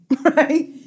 right